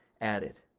added